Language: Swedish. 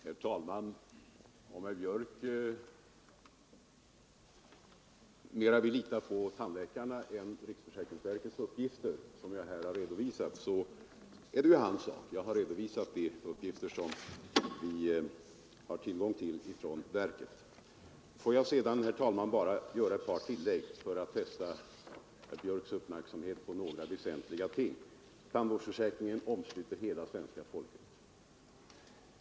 Herr talman! Om herr Björck i Nässjö mera vill lita på tandläkarna än på riksförsäkringsverket är det ju hans sak. Jag har redovisat de uppgifter som vi har tillgång till från riksförsäkringsverket. Jag vill, herr talman, göra ett par tillägg för att fästa herr Björcks uppmärksamhet på några väsentliga ting. Tandvårdsförsäkringen omsluter hela svenska folket.